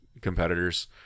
competitors